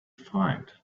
find